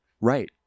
Right